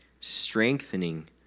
strengthening